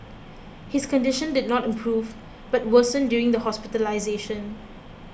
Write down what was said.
his condition did not improve but worsened during the hospitalisation